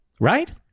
Right